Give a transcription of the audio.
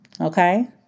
Okay